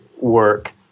work